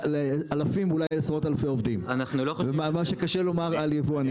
לאלפים ואולי לעשרות אלפי עובדים מה שקשה לומר על יבואנים,